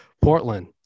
Portland